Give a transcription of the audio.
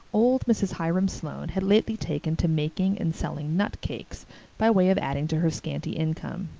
old mrs. hiram sloane had lately taken to making and selling nut cakes by way of adding to her scanty income.